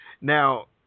Now